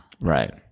Right